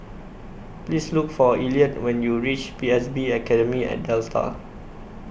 Please Look For Elliott when YOU REACH P S B Academy At Delta